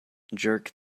jerk